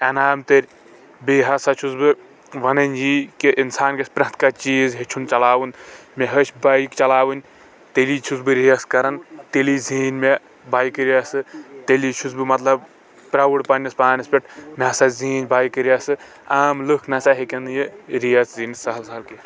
ایٚنعام تٔرۍ بیٚیہِ ہسا چُھس بہٕ ونان یی کہ اِنسان گژھہِ پرٛتھ کانٛہہ چیٖز ہیٚچُھن چلاوُن مےٚ ہیٚچھ بایِک چلاوٕنۍ تیٚلی چُھس بہٕ ریس کران تیٚلی زیٖن مےٚ بایِکہٕ ریسہٕ تیٚلی چُھس بہٕ مطلب پراوُڈ پنہٕ نِس پانس پٮ۪ٹھ مےٚ سا زیٖنۍ بایِکہٕ ریسہٕ عام لُکھ نہٕ سا ہیٚکن نہٕ یہِ ریس سہل سہل زیٖنِتھ کیٚنٛہہ